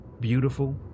beautiful